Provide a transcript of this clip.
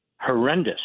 horrendous